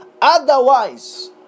Otherwise